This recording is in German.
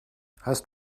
hast